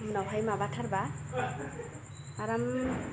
उनावहाय माबाथारबा आराम